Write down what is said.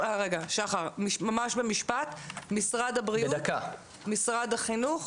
שחר, ממש במשפט, משרד הבריאות, משרד החינוך